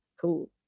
cool